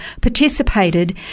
participated